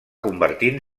convertint